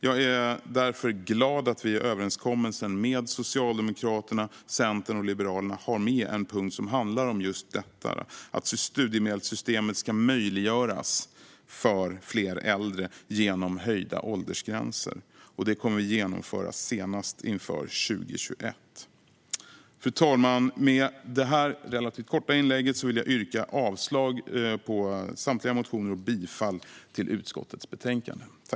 Jag är därför glad över att vi i överenskommelsen med Socialdemokraterna, Centern och Liberalerna har med en punkt som handlar om just detta, alltså att studiemedelssystemet ska möjliggöras för fler äldre genom höjda åldersgränser. Det kommer vi att genomföra senast inför 2021. Fru talman! Med detta relativt korta inlägg yrkar jag bifall till förslaget i utskottets betänkande och avslag på samtliga motioner och reservationer.